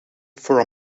for